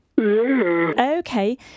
Okay